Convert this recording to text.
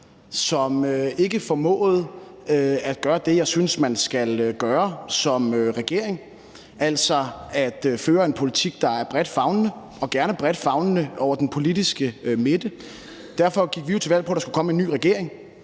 som ikke formåede at gøre det, som jeg synes man skal gøre som regering, altså at føre en politik, der er bredt favnende og gerne bredt favnende hen over den politiske midte. Derfor gik vi jo til valg på, at der skulle komme en ny regering.